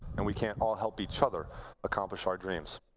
and we can't all help each other accomplish our dreams.